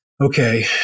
okay